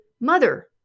Mother